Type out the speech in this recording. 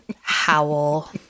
howl